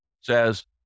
says